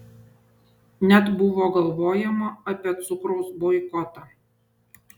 net buvo galvojama apie cukraus boikotą